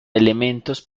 elementos